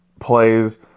plays